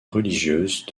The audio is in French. religieuses